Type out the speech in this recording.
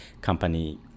company